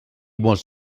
was